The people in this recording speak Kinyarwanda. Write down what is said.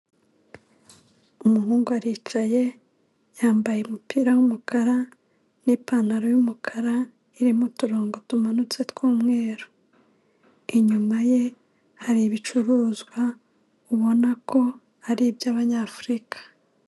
Umuhungu aricaye yambaye umupira w'umukara n'ipantaro yumukara irimo uturongo tumanutse tw'umweru inyuma ye hari ibicuruzwa ubona ko ari iby'abanyafurika.